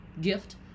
gift